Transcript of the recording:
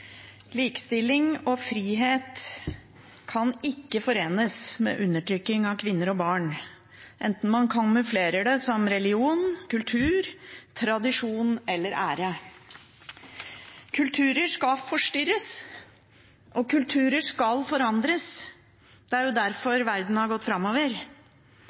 Likestilling og frihet kan ikke forenes med undertrykking av kvinner og barn, enten man kamuflerer det som religion, kultur, tradisjon eller ære. Kulturer skal forstyrres, og kulturer skal forandres. Det er derfor verden har gått framover.